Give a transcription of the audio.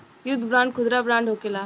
युद्ध बांड खुदरा बांड होखेला